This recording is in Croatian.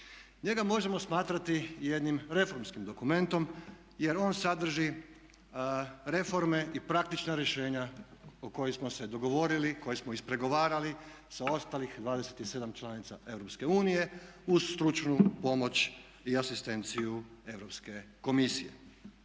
Njega možemo smatrati jednim reformskim dokumentom jer on sadrži reforme i praktična rješenja o kojima smo se dogovorili, koje smo ispregovarali sa ostalih 27 članica EU uz stručnu pomoć i asistenciju